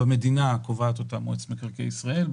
כאשר במדינה קובעת אותם מועצת מקרקעי ישראל,